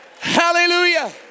Hallelujah